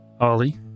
Ollie